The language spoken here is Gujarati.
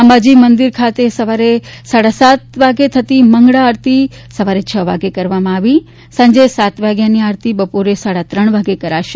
અંબાજી મંદિર ખાતે સવારે સાડા સાતે થતી મંગળા આરતી છ વાગ્યે કરવામાં આવી સાંજે સાત વાગ્યાની આરતી બપોરે સાડા ત્રણ કલાકે કરાશે